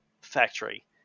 factory